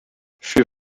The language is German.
für